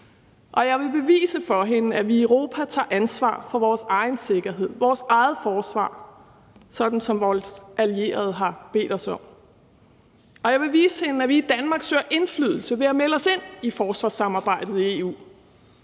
og jeg vil bevise for hende, at vi i Europa tager ansvar for vores egen sikkerhed, vores eget forsvar, sådan som vores allierede har bedt os om. Og jeg vil vise hende, at vi i Danmark søger indflydelse ved at melde os ind i forsvarssamarbejdet i EU,